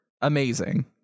amazing